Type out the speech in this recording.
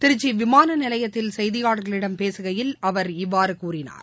திருச்சிவிமானநிலையத்தில் செய்தியாளர்களிடம் பேசுகையில் அவர் இவ்வாறுகூறினார்